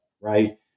right